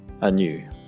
anew